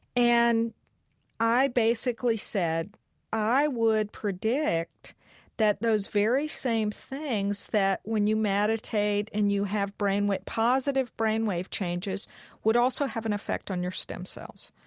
and i basically said i would predict that those very same things that when you meditate and you have positive brainwave changes would also have an effect on your stem cells.